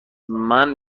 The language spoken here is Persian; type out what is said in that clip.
منم